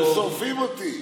אתם שורפים אותי.